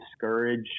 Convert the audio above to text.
discourage